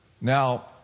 Now